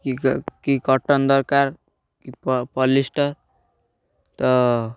କି କି କଟନ ଦରକାର କି ପଲିଷ୍ଟର ତ